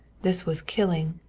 this was killing,